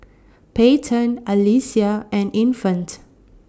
Peyton Alesia and Infant